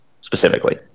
specifically